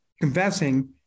confessing